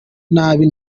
nabi